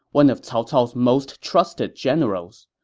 one of cao cao's most trusted generals.